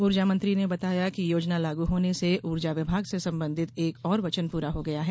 ऊर्जा मंत्री ने बताया कि योजना के लागू होने से ऊर्जा विभाग से संबंधित एक और वचन पूरा हो गया है